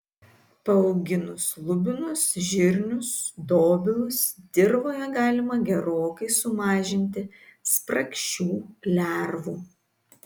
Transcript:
paauginus lubinus žirnius dobilus dirvoje galima gerokai sumažinti spragšių lervų